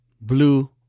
Blue